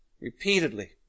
repeatedly